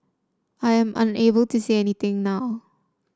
I am unable to say anything now